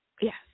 Yes